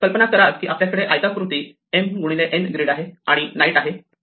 कल्पना करा की आपल्याकडे आयताकृती m x n ग्रीड आणि नाईट आहे